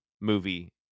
movie